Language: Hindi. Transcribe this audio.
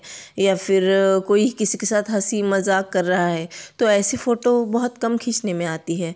या फिर कोई किसी के साथ हँसी मज़ाक कर रहा है तो ऐसी फ़ोटो बहुत कम खींचने में आती हैं